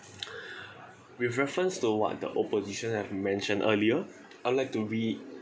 with reference to what the opposition have mentioned earlier I'd like to re